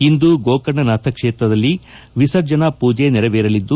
ಇಂದು ಗೋಕರ್ಣನಾಥ್ ಕ್ಷೇತ್ರದಕಲ್ಲಿ ವಿಸರ್ಜನಾ ಪೂಜೆ ನೆರೆವೇರಲಿದ್ದು